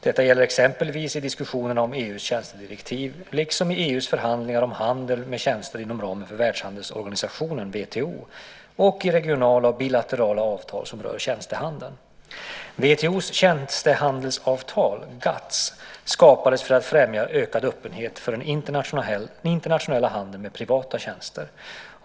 Detta gäller exempelvis i diskussionerna om EU:s tjänstedirektiv, liksom i EU:s förhandlingar om handel med tjänster inom ramen för Världshandelsorganisationen WTO och i regionala och bilaterala avtal som rör tjänstehandeln. WTO:s tjänstehandelsavtal, GATS, skapades för att främja ökad öppenhet för den internationella handeln med privata tjänster.